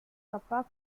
kappa